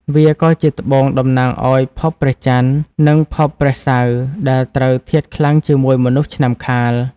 វាក៏ជាត្បូងតំណាងឱ្យភពព្រះចន្ទ និងភពព្រះសៅរ៍ ដែលត្រូវធាតុខ្លាំងជាមួយមនុស្សឆ្នាំខាល។